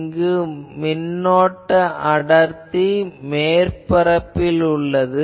இங்கு மின்னோட்ட அடர்த்தி மேற்பரப்பில் உள்ளது